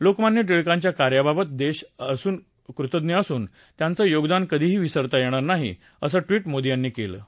लोकमान्य टिळकांच्या कार्याबाबत देश कृतज्ञ असून त्यांचं योगदान कधीही विसरता येणार नाही असं ट्विट मोदी यांनी केलं आहे